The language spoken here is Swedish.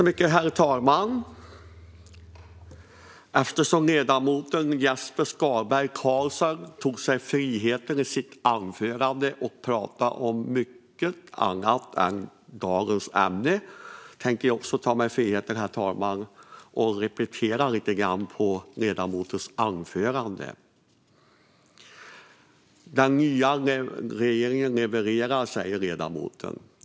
Herr talman! Eftersom ledamoten Jesper Skalberg Karlsson i sitt anförande tog sig friheten att tala om mycket annat än dagens ämne tänker jag också ta mig friheten att repetera lite grann ur ledamotens anförande. Den nya regeringen levererar, säger ledamoten.